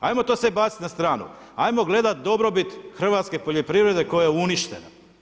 Hajmo to sve bacit na stranu, hajmo gledat dobrobit hrvatske poljoprivrede koja je uništena.